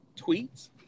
tweets